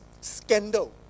scandal